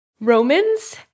Romans